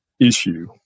issue